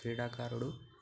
క్రీడాకారుడు